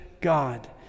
God